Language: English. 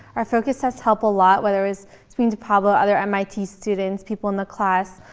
our focus tests helped a lot whether it was speaking to pablo, other mit students, people in the class.